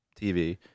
TV